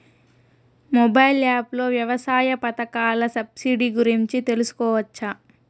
Mobile app లో వ్యవసాయ పథకాల సబ్సిడి గురించి తెలుసుకోవచ్చా?